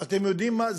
אתם יודעים מה?